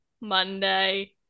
Monday